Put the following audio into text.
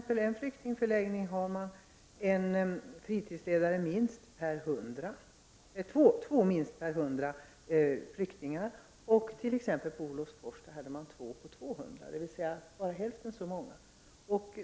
Vid en flyktingförläggning exempelvis har man två fritidsledare per 100 flyktingar, vid Olofsfors har man två stycken per 200 flyktingar, dvs. bara hälften så många.